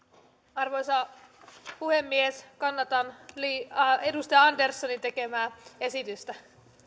arvoisa puhemies kannatan edustaja anderssonin tekemää esitystä